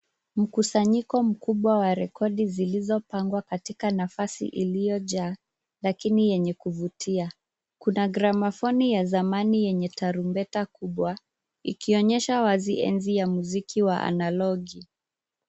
Mkusanyiko mkubwa wa rekodi zilizopangwa katika nafasi iliyojaa lakini yenye kuvutia. Kuna gramafoni ya zamani yenye tarumbeta kubwa, ikionyesha wazi enzi ya muziki wa analogi.